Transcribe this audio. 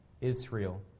Israel